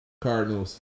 Cardinals